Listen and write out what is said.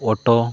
auto